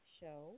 show